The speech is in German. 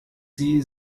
sie